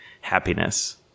happiness